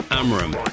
amram